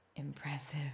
Impressive